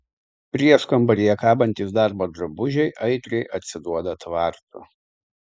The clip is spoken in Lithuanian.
prieškambaryje kabantys darbo drabužiai aitriai atsiduoda tvartu